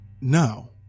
Now